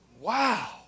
wow